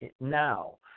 now